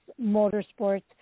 Motorsports